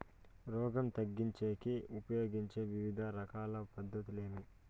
రోగం తగ్గించేకి ఉపయోగించే వివిధ రకాల పద్ధతులు ఏమి?